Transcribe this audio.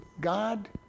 God